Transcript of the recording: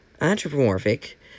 Anthropomorphic